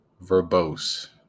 verbose